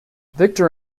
victor